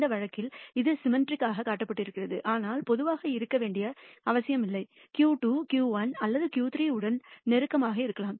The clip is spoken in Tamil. இந்த வழக்கில் இது சிமிட்டிரிக் ஆக காட்டப்படுகிறது ஆனால் பொதுவாக இருக்க வேண்டிய அவசியமில்லை Q2 Q1 அல்லது Q3 உடன் நெருக்கமாக இருக்கலாம்